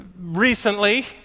recently